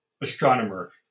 astronomer